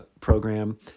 program